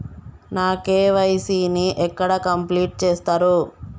నా కే.వై.సీ ని ఎక్కడ కంప్లీట్ చేస్తరు?